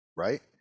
right